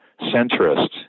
centrist